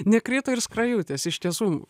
nekrito ir skrajutės iš tiesų